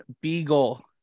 Beagle